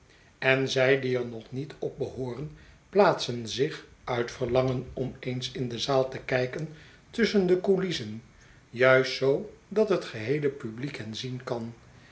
en zij die er nog niet op behooren plaatsen zich uit verlangen om eens in de z'aal te kijken tusschen de coulissen juist zoo dat het geheele publiek hen zien kan